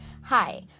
hi